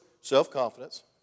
self-confidence